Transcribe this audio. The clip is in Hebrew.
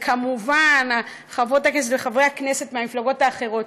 וכמובן חברות הכנסת וחברי הכנסת מהמפלגות האחרות,